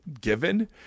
given